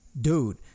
Dude